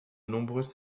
nombreuses